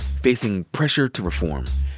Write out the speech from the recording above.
facing pressure to reform,